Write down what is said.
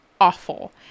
awful